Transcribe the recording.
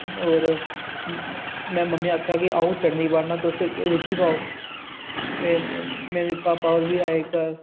होर में मम्मी गी आखेआ के आओ अं'ऊ चटनी पाना तुस रुट्टी पाओ ते मेरे भापा होर बी आए घर